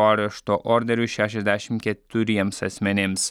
arešto orderius šešiasdešim keturiems asmenims